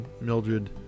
Mildred